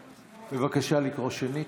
בבקשה לקרוא שנית.